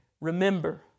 remember